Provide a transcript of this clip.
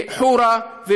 לחורה,